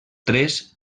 tres